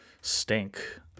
stink